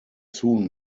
soon